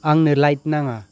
आंनो लाइट नाङा